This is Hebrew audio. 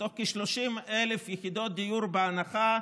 מתוך כ-30,000 יחידות דיור בהנחה,